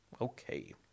Okay